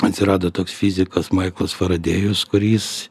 atsirado toks fizikas maiklas faradėjus kuris